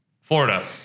Florida